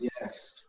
yes